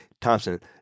Thompson